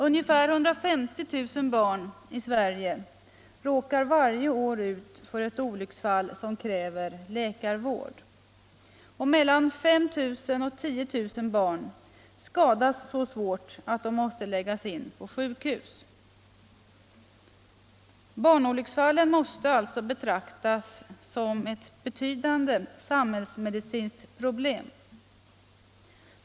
Ungefär 150 000 barn i Sverige råkar varje år ut för ett olycksfall som kräver läkarvård. Mellan 5 000 och 10000 barn skadas så svårt att de måste läggas in på sjukhus. Barnolycksfallen måste alltså betraktas som ett betydande samhällsmedicinskt problem.